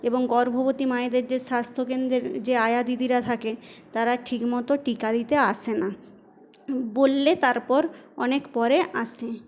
এবং গর্ভবতী মায়েদের যে স্বাস্থ্যকেন্দ্রের যে আয়া দিদিরা থাকে তারা ঠিকমতো টিকা দিতে আসে না বললে তারপর অনেক পরে আসে